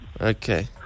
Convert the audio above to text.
Okay